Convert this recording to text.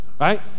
right